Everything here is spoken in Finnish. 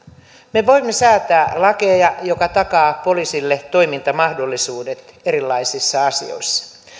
me voimme säätää lakeja jotka takaavat poliisille toimintamahdollisuudet erilaisissa asioissa